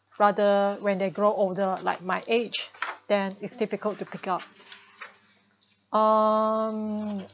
rather when they grow older like my age then it's difficult to pick up um